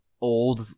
old